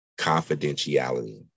confidentiality